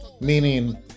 Meaning